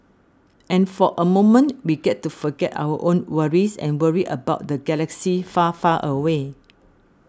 and for a moment we get to forget our own worries and worry about the galaxy far far away